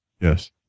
Yes